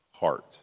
Heart